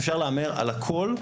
אפשר להמר על הכול,